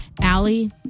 Allie